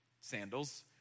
sandals